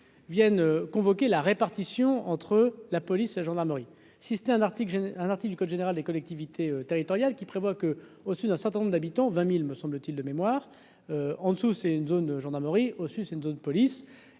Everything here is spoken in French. Viennent convoqué la répartition entre la police et la gendarmerie, si c'était un article, j'ai un article du code général des collectivités territoriales qui prévoit que, au sud, un certain nombre d'habitants, 20000, me semble-t-il, de mémoire en dessous, c'est une zone gendarmerie aussi, c'est une zone police